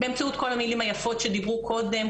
באמצעות כל המילים היפות שדיברו קודם,